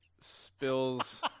spills